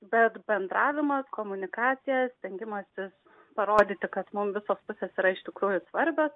bet bendravimas komunikacija stengimasis parodyti kad mum visos pusės yra iš tikrųjų svarbios